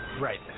Right